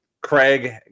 Craig